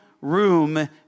room